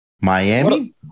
Miami